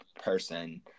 person